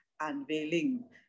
unveiling